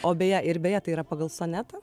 o beje ir beje tai yra pagal sonetą